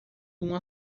uma